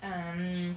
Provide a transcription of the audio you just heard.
um